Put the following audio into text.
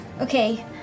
Okay